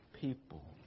people